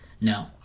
No